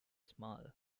smile